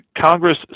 Congress